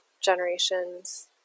generations